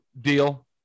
deal